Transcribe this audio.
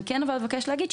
אני אבקש להגיד,